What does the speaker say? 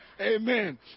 Amen